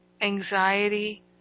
anxiety